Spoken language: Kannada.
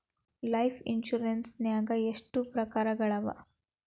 ಲೈಫ್ ಇನ್ಸುರೆನ್ಸ್ ನ್ಯಾಗ ಎಷ್ಟ್ ಪ್ರಕಾರ್ಗಳವ?